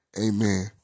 amen